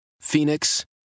Phoenix